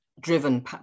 driven